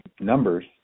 numbers